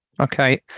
okay